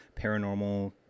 paranormal